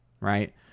Right